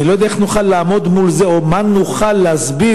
אני לא יודע איך נוכל לעמוד מול זה או מה נוכל להסביר,